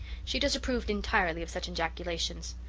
she disapproved entirely of such ejaculations.